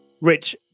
Rich